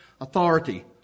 authority